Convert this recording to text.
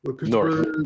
North